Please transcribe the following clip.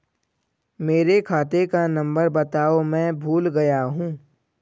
मेरे खाते का नंबर बताओ मैं भूल गया हूं